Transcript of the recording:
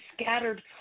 scattered